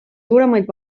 suuremaid